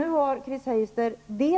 Nu har